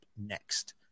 next